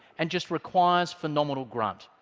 and just requires phenomenal grunt.